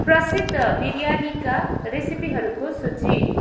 प्रसिद्ध बिरयानीका रेसिपीहरूको सूची